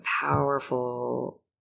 powerful